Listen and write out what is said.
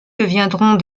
deviendront